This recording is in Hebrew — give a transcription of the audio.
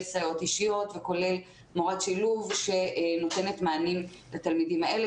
סייעות אישיות וכולל מורות שילוב שנותנות מענים לתלמידים האלה,